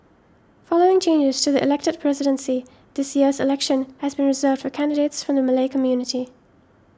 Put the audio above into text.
following changes to the elected presidency this year's election has been reserved for candidates from the Malay community